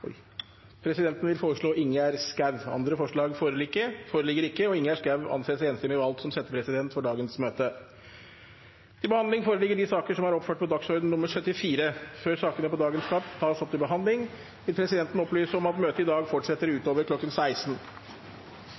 Presidenten vil foreslå Ingjerd Schou. – Andre forslag foreligger ikke, og Ingjerd Schou anses enstemmig valgt som settepresident for dagens møte. Før sakene på dagens kart tas opp til behandling, vil presidenten opplyse om at møtet i dag fortsetter utover kl. 16.